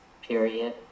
period